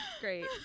great